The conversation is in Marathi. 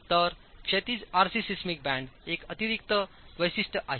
तर क्षैतिज आरसी सिस्मिक बँड एक अतिरिक्त वैशिष्ट्य आहे